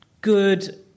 good